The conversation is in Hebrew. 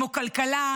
כמו כלכלה,